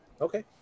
Okay